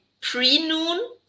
pre-noon